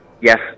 yes